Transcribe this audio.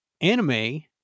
anime